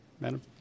Madam